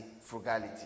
frugality